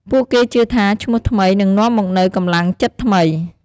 ពួកគេជឿថាឈ្មោះថ្មីនឹងនាំមកនូវកម្លាំងចិត្តថ្មី។